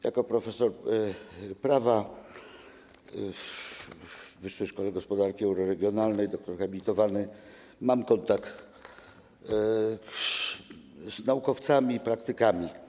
Jako profesor prawa w Wyższej Szkole Gospodarki Euroregionalnej, doktor habilitowany mam kontakt z naukowcami i praktykami.